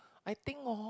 I think orh